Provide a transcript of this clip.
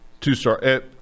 Two-star –